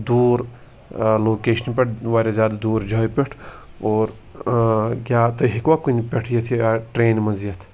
دوٗر لوکیشنہِ پٮ۪ٹھ واریاہ زیادٕ دوٗر جایہِ پٮ۪ٹھ اور کیٛاہ تُہۍ ہیٚکوا کُنہِ پٮ۪ٹھ یِتھ یہِ ٹرٛینہِ منٛز یِتھ